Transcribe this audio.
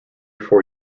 four